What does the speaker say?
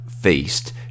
feast